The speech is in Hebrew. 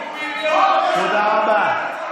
תודה רבה.